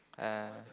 uh